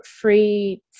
free